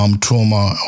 trauma